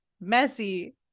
messy